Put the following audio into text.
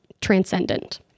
transcendent